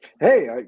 Hey